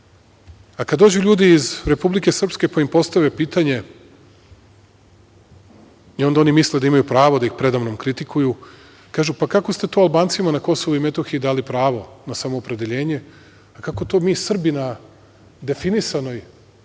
Kada dođu ljudi iz Republike Srpske, pa im postave pitanje, i onda oni misle da imaju pravo da ih preda mnom kritikuju, kažu – pa, kako ste to Albancima na Kosovu i Metohiji dali pravo na samoopredeljenje, a kako to mi Srbi na definisanoj